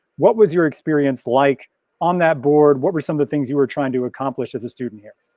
what was your experience like on that board? what were some of the things you were trying to accomplished as a student here?